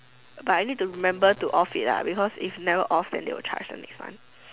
but I need to remember to off it lah because if never off they will charge the next month